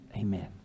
Amen